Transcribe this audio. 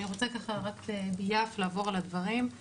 אני רוצה ככה רק ביעף לעבור על הדברים.